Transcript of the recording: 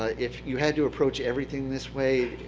ah if you had to approach everything this way,